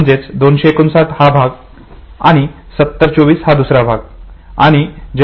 म्हणजे 259 हा एक भाग आणि 7024 हा दुसरा भाग बरोबर